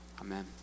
amen